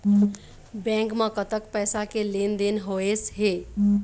Bank म कतक पैसा के लेन देन होइस हे?